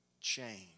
change